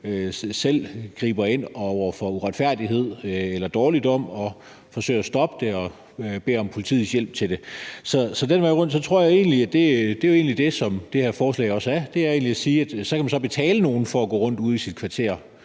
selv griber ind over for uretfærdighed eller dårligdom og forsøger at stoppe det og beder om politiets hjælp til det. Så den vej rundt tror jeg egentlig, at det er det, som det her forslag egentlig går ud på, nemlig at sige, at så kan man betale nogen for at gå rundt ude i sit kvarter